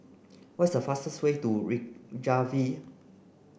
what's the fastest way to Reykjavik